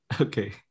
Okay